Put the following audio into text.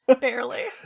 Barely